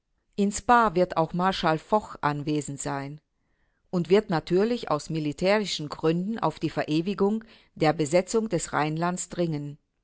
in spaa wird auch marschall foch anwesend sein und wird natürlich aus militärischen gründen auf die verewigung der besetzung des rheinlandes dringen